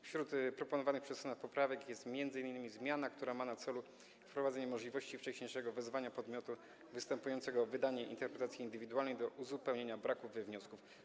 Wśród proponowanych przez Senat poprawek jest m.in. zmiana, która ma na celu wprowadzenie możliwości wcześniejszego wezwania podmiotu występującego o wydanie interpretacji indywidualnej do uzupełnienia braków we wniosku.